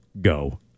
go